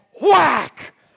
whack